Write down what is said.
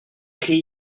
chi